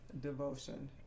Devotion